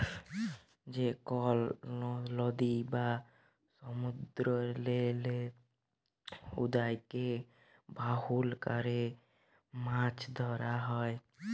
যে কল লদী বা সমুদ্দুরেল্লে উয়াকে বাহল ক্যরে মাছ ধ্যরা হ্যয়